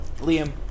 Liam